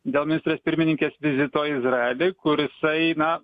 dėl ministrės pirmininkės vizito izraely kur jisai na